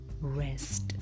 rest